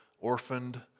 orphaned